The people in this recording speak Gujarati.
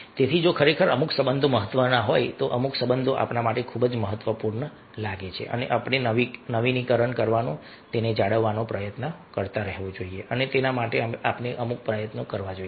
તેથી જો ખરેખર અમુક સંબંધો મહત્વના હોય અમુક સંબંધ આપણા માટે ખૂબ જ મહત્વપૂર્ણ લાગે તો આપણે નવીકરણ કરવાનો જાળવવાનો પ્રયત્ન કરતા રહેવું જોઈએ અને તેના માટે આપણે કેટલાક પ્રયત્નો કરવા જોઈએ